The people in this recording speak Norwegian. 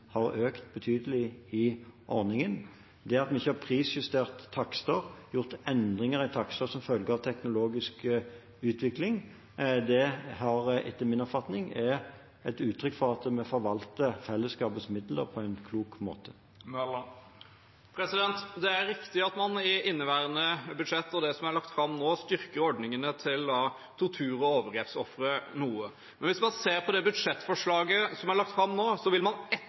har også økt betydelig i ordningen. Det at vi ikke har prisjustert takster eller gjort endringer i takster som følge av teknologisk utvikling, er etter min oppfatning et uttrykk for at vi forvalter fellesskapets midler på en klok måte. Det er riktig at man i inneværende års budsjett, og det som er lagt fram nå, styrker ordningene til tortur- og overgrepsofre noe. Men hvis man ser på det budsjettforslaget som er lagt fram nå, vil man,